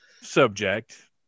subject